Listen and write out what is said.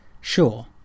Sure